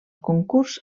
concurs